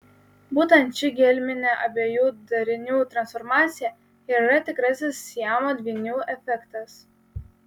būtent ši gelminė abiejų darinių transformacija ir yra tikrasis siamo dvynių efektas